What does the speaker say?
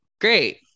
Great